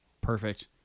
perfect